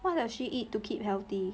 what does she eat to keep healthy